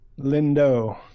Lindo